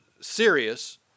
serious